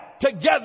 together